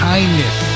Kindness